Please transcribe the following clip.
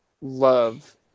love